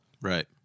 right